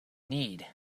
need